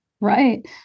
Right